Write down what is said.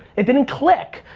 it didn't click.